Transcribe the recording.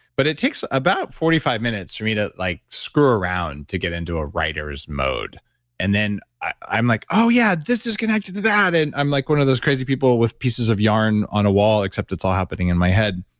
but it takes about forty five minutes for me to like screw around to get into a writers' mode and then i'm like, oh yeah, this is connected to that. and i'm like one of those crazy people with pieces of yarn on a wall, except it's all happening in my head.